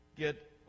get